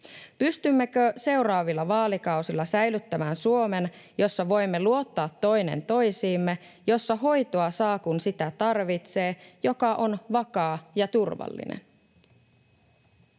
Pystymmekö seuraavilla vaalikausilla säilyttämään Suomen, jossa voimme luottaa toinen toisiimme, jossa hoitoa saa, kun sitä tarvitsee, ja joka on vakaa ja turvallinen?